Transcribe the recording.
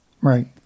Right